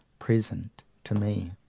present to me.